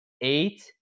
eight